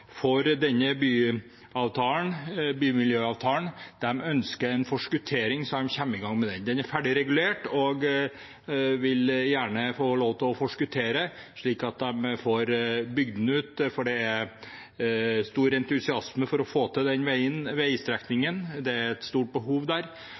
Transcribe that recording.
for denne bymiljøavtalen ønsker en forskuttering av, så de kommer i gang med den. Den er ferdig regulert, og de vil gjerne få lov til å forskuttere den, slik at de får bygd den ut, for det er stor entusiasme for å få til den